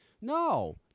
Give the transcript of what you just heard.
No